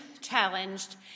challenged